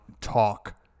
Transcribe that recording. talk